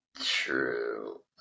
True